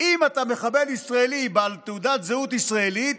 אם אתה מחבל ישראלי בעל תעודת זהות ישראלית